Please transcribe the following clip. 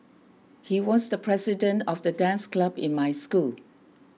he was the president of the dance club in my school